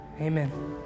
Amen